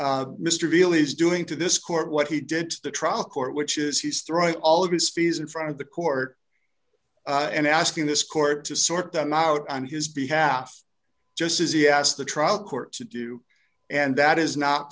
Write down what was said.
mr beale is doing to this court what he did to the trial court which is he's throwing all of his fees in front of the court and asking this court to sort them out on his behalf just as he asked the trial court to do and that is not